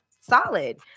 solid